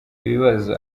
ibibazo